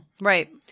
Right